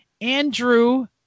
Andrew